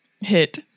Hit